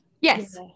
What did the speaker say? Yes